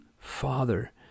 father